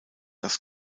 das